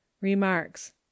Remarks